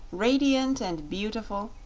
radiant and beautiful,